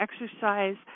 exercise